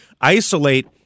isolate